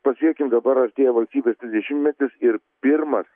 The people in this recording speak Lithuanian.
pasiekėm dabar artėja valstybės trisdešimtmetis ir pirmas